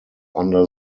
under